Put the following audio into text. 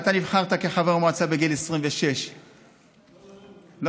אתה נבחרת לחבר מועצה בגיל 26. אני לא